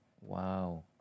Wow